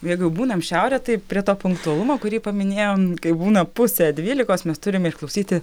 jeigu būnam šiaurė tai prie to punktualumo kurį paminėjom kai būna pusė dvylikos mes turime išklausyti